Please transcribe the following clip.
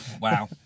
wow